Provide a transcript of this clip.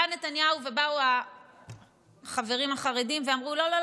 בא נתניהו ובאו החברים החרדים ואמרו: לא,